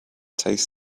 tastes